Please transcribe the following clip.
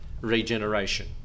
regeneration